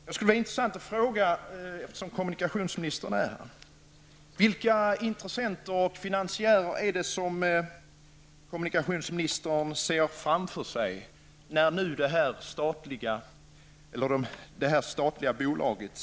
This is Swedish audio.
Det skulle vara intressant att fråga, eftersom kommunikationsministern är här: Vilka intressenter och finansiärer är det som kommunikationsministern ser framför sig, när nu det statliga bolaget skall bildas?